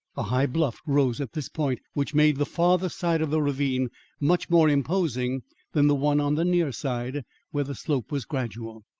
a high bluff rose at this point, which made the farther side of the ravine much more imposing than the one on the near side where the slope was gradual.